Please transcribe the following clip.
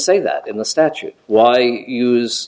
say that in the statute why use